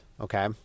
Okay